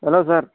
hello sir